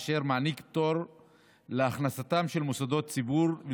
אשר מעניק פטור להכנסתם של מוסדות ציבור,